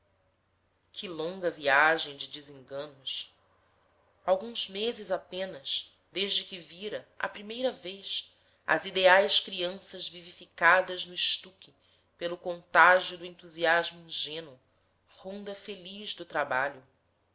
que longa viagem de desenganos alguns meses apenas desde que vira à primeira vez as ideais crianças vivificadas no estuque pelo contágio do entusiasmo ingênuo ronda feliz do trabalho